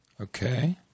Okay